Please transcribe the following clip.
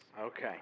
Okay